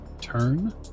turn